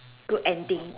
good ending